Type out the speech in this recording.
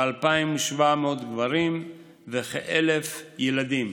ב-2,700 גברים ובכ-1,000 ילדים.